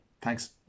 thanks